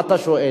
מה אתה שואל?